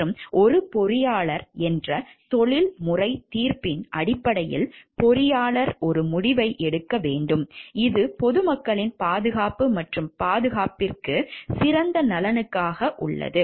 மற்றும் ஒரு பொறியாளர் என்ற தொழில்முறை தீர்ப்பின் அடிப்படையில் பொறியாளர் ஒரு முடிவை எடுக்க வேண்டும் இது பொது மக்களின் பாதுகாப்பு மற்றும் பாதுகாப்பிற்கு சிறந்த நலனுக்காக உள்ளது